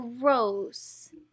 gross